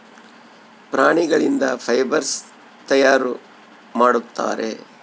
ಪ್ರಾಣಿಗಳಿಂದ ಫೈಬರ್ಸ್ ತಯಾರು ಮಾಡುತ್ತಾರೆ